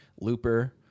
Looper